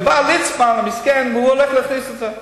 ובא ליצמן המסכן והוא הולך להכניס את זה.